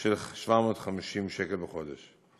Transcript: של 750 שקל בחודש.